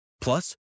Plus